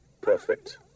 Perfect